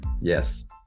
yes